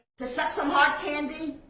to suck some hard candy,